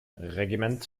regiment